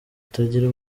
utagira